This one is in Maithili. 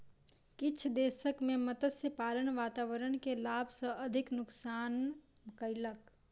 किछ दशक में मत्स्य पालन वातावरण के लाभ सॅ अधिक नुक्सान कयलक